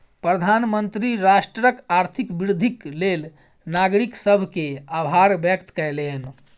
प्रधानमंत्री राष्ट्रक आर्थिक वृद्धिक लेल नागरिक सभ के आभार व्यक्त कयलैन